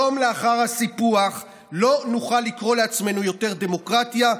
יום לאחר הסיפוח לא נוכל לקרוא לעצמנו יותר דמוקרטיה,